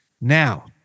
Now